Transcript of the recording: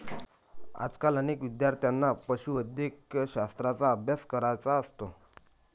आजकाल अनेक विद्यार्थ्यांना पशुवैद्यकशास्त्राचा अभ्यास करायचा असतो